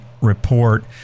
report